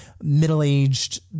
middle-aged